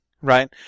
Right